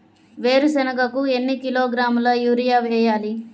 వేరుశనగకు ఎన్ని కిలోగ్రాముల యూరియా వేయాలి?